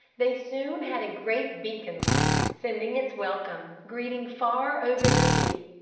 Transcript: they soon had a great beacon light sending its welcome greeting far over the sea.